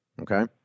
Okay